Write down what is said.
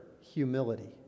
humility